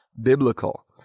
biblical